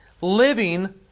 Living